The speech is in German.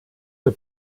der